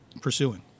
pursuing